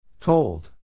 Told